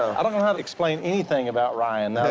i don't know how to explain anything about ryan, now